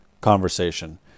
conversation